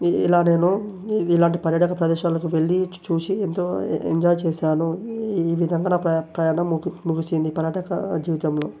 ఇలా నేను ఇలాంటి పర్యాటక ప్రదేశాలకు వెళ్ళి చూసి ఎంతో ఎంజాయ్ చేశాను ఈ విధంగా నా ప్ర ప్రయాణం ముగి ముగిసింది పర్యాటక జీవితంలో